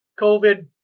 COVID